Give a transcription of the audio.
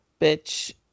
bitch